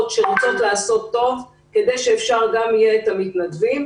שרוצות לעשות טוב כדי שאפשר יהיה לקבל גם את המתנדבים,